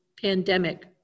pandemic